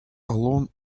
alone